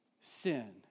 sin